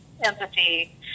empathy